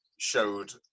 showed